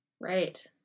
right